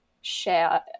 share